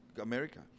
America